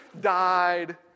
died